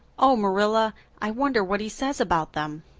oh, marilla, i wonder what he says about them.